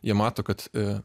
jie mato kad